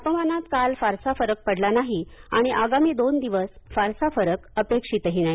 तापमानात काल फारसा फरक पडला नाही आणि आगामी दोन दिवस फारसा फरक अपेक्षितही नाही